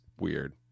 weird